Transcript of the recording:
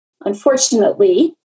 Unfortunately